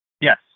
Yes